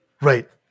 Right